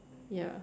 ya